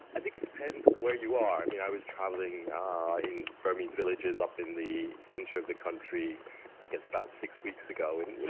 i think it depends where you are. i mean, i was travelling ah in burmese villages up in the centre of the country i guess about six weeks ago and, you